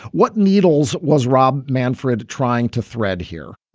what needles was rob manfred trying to thread here?